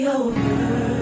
over